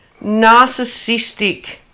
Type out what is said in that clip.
narcissistic